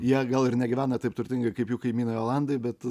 jie gal ir negyvena taip turtingi kaip jų kaimynai olandai bet